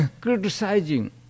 criticizing